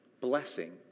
blessing